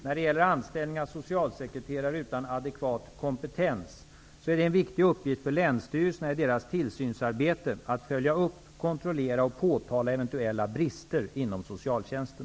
När det gäller anställning av socialsekreterare utan adekvat kompetens är det en viktig uppgift för länsstyrelserna i deras tillsynsarbete att följa upp, kontrollera och påtala eventuella brister inom socialtjänsten.